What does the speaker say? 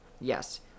Yes